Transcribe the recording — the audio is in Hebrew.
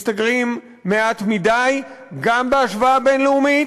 משתכרים מעט מדי, גם בהשוואה בין-לאומית,